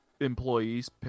employees